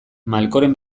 malkoren